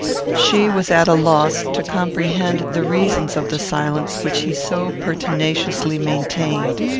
she was at a loss to comprehend the reasons of the silence which he so pertinaciously maintained.